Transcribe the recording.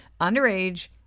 underage